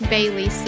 Bailey